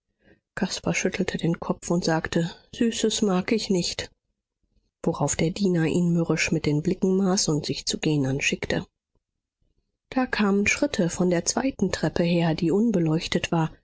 caspar schüttelte den kopf und sagte süßes mag ich nicht worauf der diener ihn mürrisch mit den blicken maß und sich zu gehen anschickte da kamen schritte von der zweiten treppe her die unbeleuchtet war